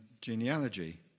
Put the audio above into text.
genealogy